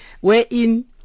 wherein